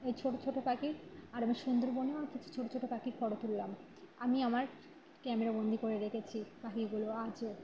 এই ছোটো ছোটো পাখির আর আমি সুন্দরবনেও কিছু ছোটো ছোটো পাখির ফটো তুললাম আমি আমার ক্যামেরাবন্দি করে রেখেছি পাখিগুলো আজও